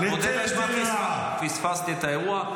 מודה באשמה, פספסתי את האירוע.